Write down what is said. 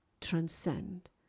transcend